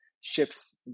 ships